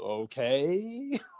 okay